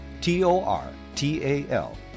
T-O-R-T-A-L